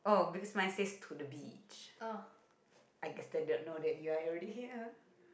oh